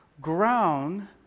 Ground